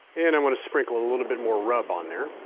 and i'm going to sprinkle a little bit more rub on there.